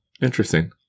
Interesting